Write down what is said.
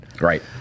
Right